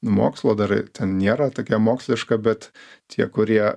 mokslo dar ten nėra tokia moksliška bet tie kurie